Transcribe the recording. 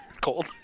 cold